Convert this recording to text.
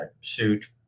suit